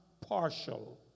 partial